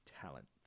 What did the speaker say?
talents